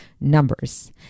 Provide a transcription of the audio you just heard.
numbers